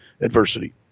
adversity